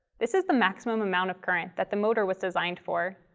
this is the maximum amount of current that the motor was designed for.